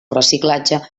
reciclatge